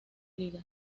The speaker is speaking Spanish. liga